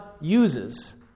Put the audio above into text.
uses